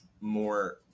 more